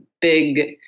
big